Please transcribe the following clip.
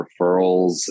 referrals